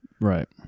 Right